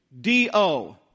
D-O